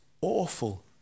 awful